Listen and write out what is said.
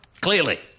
clearly